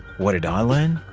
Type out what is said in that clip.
what did i learn?